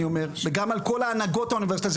וגם על כל הנהגות האוניברסיטה,